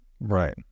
Right